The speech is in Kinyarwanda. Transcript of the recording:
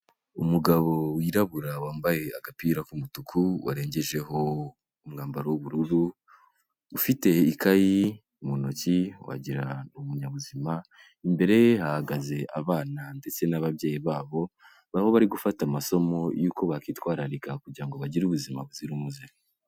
Umugabo wirabura wambaye agapira k'umutuku, warengejeho umwambaro w'ubururu, ufite ikayi mu ntoki wagira ni umunyabuzima, imbere ye hahagaze abana ndetse n'ababyeyi babo, aho bari gufata amasomo y'uko bakwitwararika kugira ngo bagire ubuzima buzira umuze.